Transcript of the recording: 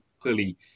clearly